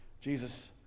Jesus